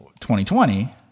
2020